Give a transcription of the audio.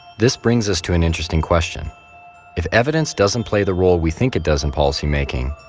this brings us to an interesting question if evidence doesn't play the role we think it does in policy-making,